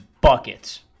buckets